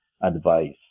advice